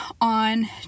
on